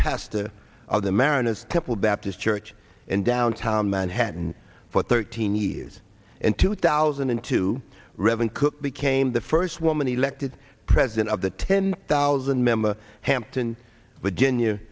pastor of the mariners couple baptist church in downtown manhattan for thirteen years in two thousand and two reverend cook became the first woman elected president of the ten thousand member hampton virginia